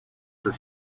for